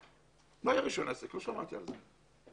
לא היה רישיון עסק, לא שמעתי על זה.